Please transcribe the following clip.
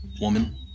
woman